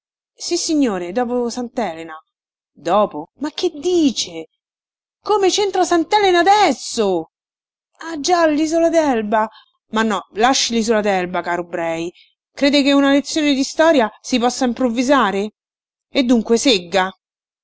sissignore dopo santelena dopo ma che dice come centra santelena adesso ah già lisola delba ma no lasci lisola delba caro brei crede che un lezione di storia si possa improvvisare e dunque segga